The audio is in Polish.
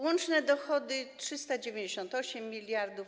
Łączne dochody - 398 mld.